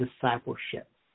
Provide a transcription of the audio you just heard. discipleship